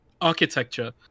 architecture